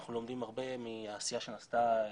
אנחנו לומדים הרבה מהעשייה שנעשתה